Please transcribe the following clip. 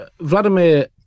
Vladimir